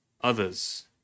others